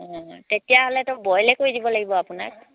অঁ তেতিয়াহ'লেতো বইলে কৰি দিব লাগিব আপোনাক